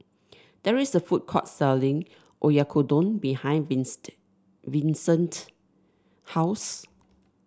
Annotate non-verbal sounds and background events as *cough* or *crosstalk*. there is a food court selling Oyakodon behind *unintelligible* Vicente house